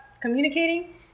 communicating